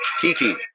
Kiki